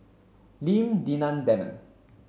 Lim Denan Denon